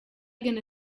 gonna